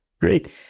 Great